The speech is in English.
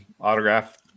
autograph